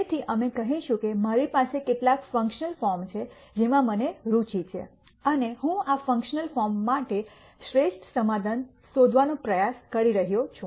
તેથી અમે કહીશું કે મારી પાસે કેટલાક ફંકશનલ ફોર્મ છે જેમાં મને રુચિ છે અને હું આ ફંકશનલ ફોર્મ માટે શ્રેષ્ઠ સમાધાન શોધવાનો પ્રયાસ કરી રહ્યો છું